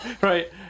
Right